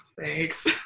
thanks